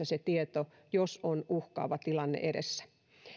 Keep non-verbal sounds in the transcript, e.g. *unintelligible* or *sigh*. *unintelligible* se tieto välittyisi yhteistyössä jos on uhkaava tilanne edessä